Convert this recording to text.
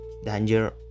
Danger